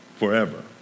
forever